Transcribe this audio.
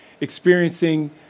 experiencing